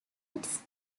its